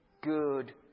Good